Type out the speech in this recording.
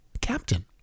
captain